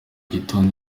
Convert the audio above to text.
gitondo